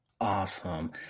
Awesome